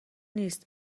نیست